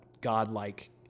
God-like